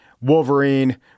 Wolverine